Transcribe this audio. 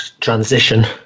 transition